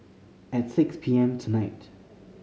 at six P M tonight